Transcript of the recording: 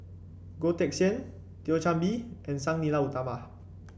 Goh Teck Sian Thio Chan Bee and Sang Nila Utama